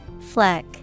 Fleck